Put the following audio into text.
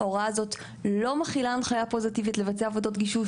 ההוראה הזאת לא מכילה הנחיה פוזיטיבית לבצע עבודות גישוש.